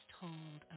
told